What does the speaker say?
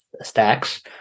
Stacks